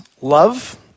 love